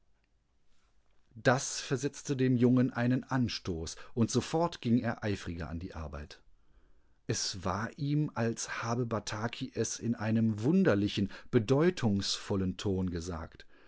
das versetzte dem jungen einen anstoß und sofort ging er eifriger an die arbeit es war ihm als habe bataki es in einem wunderlichen bedeutungsvollen ton gesagt